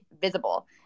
visible